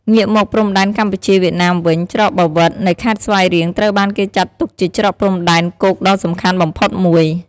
ងាកមកព្រំដែនកម្ពុជា-វៀតណាមវិញ ច្រកបាវិត នៃខេត្តស្វាយរៀងត្រូវបានគេចាត់ទុកជាច្រកព្រំដែនគោកដ៏សំខាន់បំផុតមួយ។